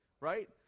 right